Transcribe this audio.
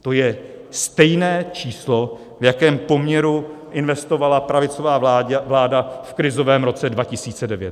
To je stejné číslo, v jakém poměru investovala pravicová vláda v krizovém roce 2009.